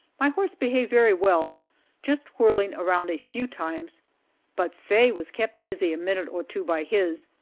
my horse behaved very well just whirling around a few times but faye was kept busy a minute or two by his,